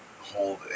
hold